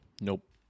Nope